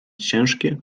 ciężkie